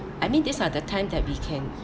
I mean these are the time that we can